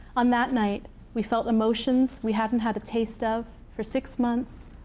on that night, we felt emotions we haven't had a taste of for six months,